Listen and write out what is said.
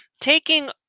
taking